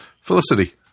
Felicity